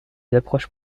approches